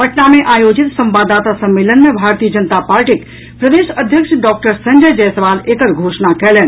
पटना मे आयोजित संवाददाता सम्मेलन मे भारतीय जनता पार्टीक प्रदेश अध्यक्ष डॉक्टर संजय जायसवाल एकर घोषणा कयलनि